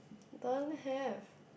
don't have